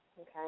Okay